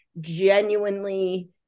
genuinely